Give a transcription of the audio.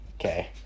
Okay